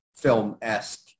film-esque